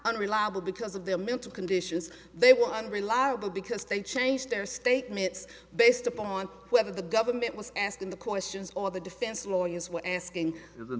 unreliable because of their mental conditions they were unreliable because they changed their statements based upon whether the government was asking the questions or the defense lawyers were asking th